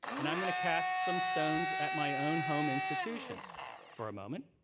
and i'm going to cast some stones at my own home institution for a moment.